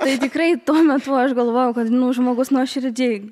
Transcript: tai tikrai tuo metu aš galvojau kad žmogus nuoširdžiai